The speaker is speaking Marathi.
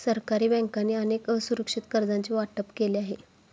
सरकारी बँकांनी अनेक असुरक्षित कर्जांचे वाटप केले आहे